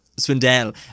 Swindell